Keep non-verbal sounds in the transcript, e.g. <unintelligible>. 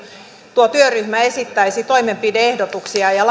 tuo työryhmä esittäisi toimenpide ehdotuksia ja <unintelligible>